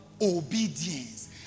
Obedience